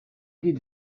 did